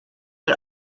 but